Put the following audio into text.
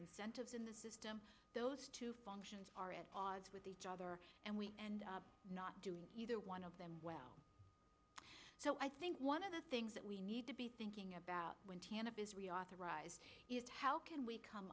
incentives in the system those two functions are at odds with each other and we are not doing either one of them well so i think one of the things that we need to be thinking about when reauthorized how can we come